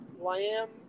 lamb